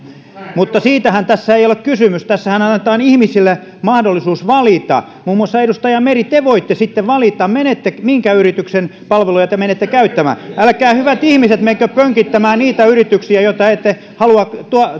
mutta siitähän tässä ei ole kysymys tässähän annetaan ihmisille mahdollisuus valita muun muassa te edustaja meri voitte sitten valita minkä yrityksen palveluja te menette käyttämään älkää hyvät ihmiset menkö pönkittämään niitä yrityksiä joita ette halua